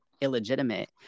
illegitimate